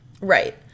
Right